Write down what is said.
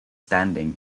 standing